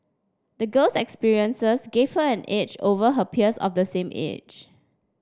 the girl's experiences gave her an edge over her peers of the same age